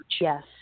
Yes